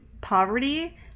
poverty